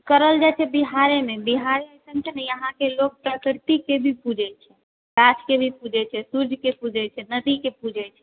करल जाइ छै बिहारे मे बिहार मे यहॉँ के लोक प्रकृति के भी पूजै छै गाछ के भी पूजै छै सूरज के पूजै छै नदी के भी पूजै छै